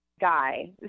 guy